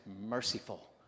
merciful